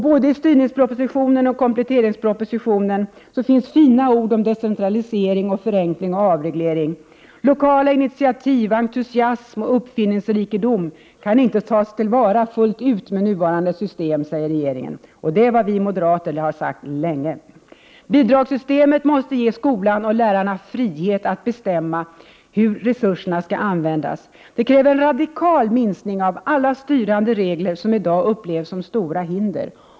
Både styrningspropositionen och kompletteringspropositionen innehåller fina ord om decentralisering, förenkling och avreglering. Lokala initiativ, 35 entusiasm och uppfinningsrikedom kan inte tas till vara fullt ut med nuvarande system, säger regeringen. Det är vad vi moderater har sagt länge. Bidragssystemet måste ge skolan och lärarna frihet att bestämma hur resurserna skall användas. Det kräver en radikal minskning av alla styrande regler som i dag upplevs som stora hinder.